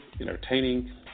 entertaining